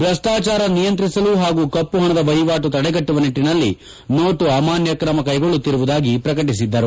ಭ್ರಷ್ಲಾಚಾರ ನಿಯಂತ್ರಿಸಲು ಹಾಗೂ ಕಮ್ನಪಣದ ವಹಿವಾಟು ತಡೆಗಟ್ಟುವ ನಿಟ್ಟನಲ್ಲಿ ನೋಟು ಅಮಾನ್ನ ಕ್ರಮ ಕೈಗೊಳ್ಳುತ್ತಿರುವುದಾಗಿ ಪ್ರಕಟಿದ್ದರು